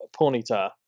Ponyta